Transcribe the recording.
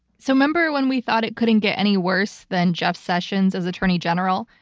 so remember when we thought it couldn't get any worse than jeff sessions as attorney general?